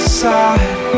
side